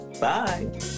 Bye